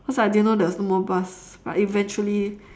cause I didn't know there was no more bus but eventually